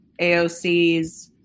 AOCs